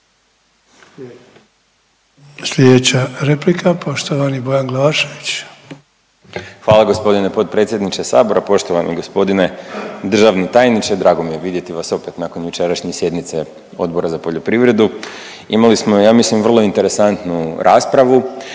Slijedeća replika poštovani Bojan Glavašević. **Glavašević, Bojan (Nezavisni)** Hvala g. potpredsjedniče sabora. Poštovani g. državni tajniče, drago mi je vidjeti vas opet nakon jučerašnje sjednice Odbora za poljoprivredu. Imali smo ja mislim vrlo interesantnu raspravu